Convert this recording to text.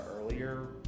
earlier